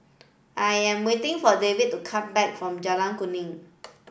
I am waiting for David to come back from Jalan Kuning